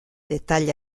dettagli